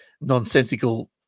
nonsensical